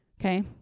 okay